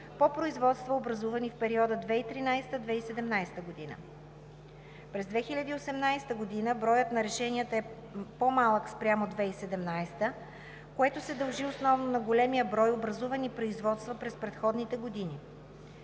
по производства, образувани в периода 2013 – 2017 г. През 2018 г. броят на решенията е по-малък спрямо 2017 г., което се дължи основно на големия брой образувани производства през предходните години.